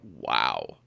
Wow